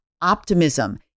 optimism